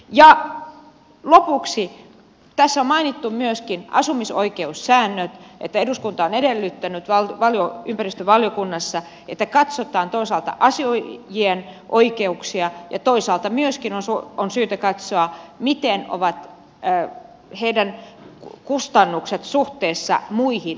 ja lopuksi tässä on mainittu myöskin asumisoikeussäännöt että eduskunta on edellyttänyt ympäristövaliokunnassa että katsotaan toisaalta asujien oikeuksia ja toisaalta myöskin on syytä katsoa millaiset heidän kustannuksensa ovat suhteessa muihin asujiin